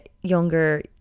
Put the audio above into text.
Younger